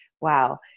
wow